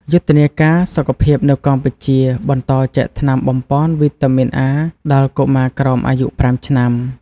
យុទ្ធនាការសុខភាពនៅកម្ពុជា បន្តចែកថ្នាំបំប៉នវីតាមីន A ដល់កុមារអាយុក្រោម ៥ឆ្នាំ។